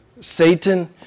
Satan